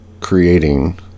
creating